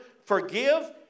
Forgive